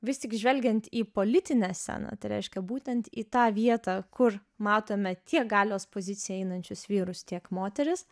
vis tik žvelgiant į politinę sceną tai reiškia būtent į tą vietą kur matome tiek galios poziciją einančius vyrus tiek moteris